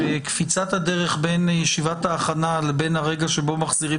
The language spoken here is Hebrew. שקפיצת הדרך בין ישיבת ההכנה לבין הרגע שבו מחזירים